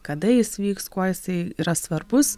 kada jis vyks kuo jisai yra svarbus